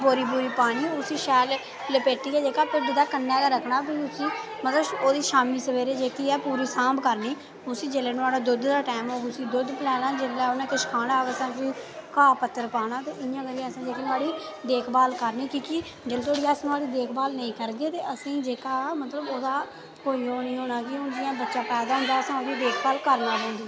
बोरी पानी ते शैल लपेटियै भिड्ड दे कन्नै गै रक्खना जेह्का मतलब ओह्दी सवेरे शामीं सांभ जेह्ड़ी ऐ पूरी करनी जेल्लै ओह्दे दुद्ध दा टैम होग असें उसी दुद्ध पलैना जेल्लै ओह्दे खाना दा होग ते उसी घाऽपत्तर पाना ते इयै नेहीं असें ओह्दी देख भाल करनी की जेल्लै तोड़ॉी अस नुहाड़ी देखभाल नेईं करगे असेंगी नुहाड़ा जेह्का कोई ओह् निं होनी जियां इक्क बच्चा नुहाड़ी असें करना पौंदी